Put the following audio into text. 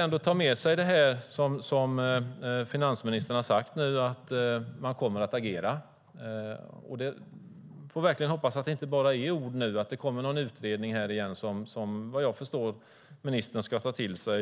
Jag tar med mig vad finansministern har sagt om att man kommer att agera. Jag hoppas verkligen att det inte bara är ord utan att ministern avser att ta till sig vad utredningen lägger